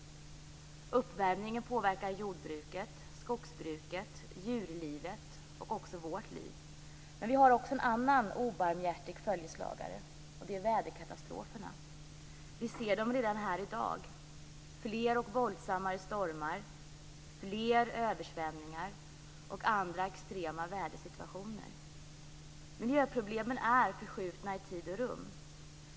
Uppvärmningen påverkar jordbruket, skogsbruket, djurlivet och också våra liv. Det finns också en annan obarmhärtig följeslagare, nämligen väderkatastroferna. Vi ser dem redan här i dag. Det är fler och våldsammare stormar, fler översvämningar och andra extrema vädersituationer. Miljöproblemen är förskjutna i tid och rum.